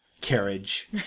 Carriage